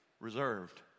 reserved